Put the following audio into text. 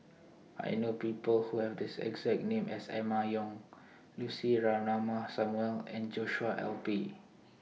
I know People Who Have The exact name as Emma Yong Lucy Ratnammah Samuel and Joshua L P